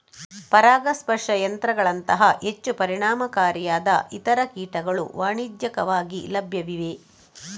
ಪರಾಗಸ್ಪರ್ಶ ಯಂತ್ರಗಳಂತಹ ಹೆಚ್ಚು ಪರಿಣಾಮಕಾರಿಯಾದ ಇತರ ಕೀಟಗಳು ವಾಣಿಜ್ಯಿಕವಾಗಿ ಲಭ್ಯವಿವೆ